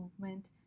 Movement